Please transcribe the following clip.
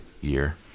year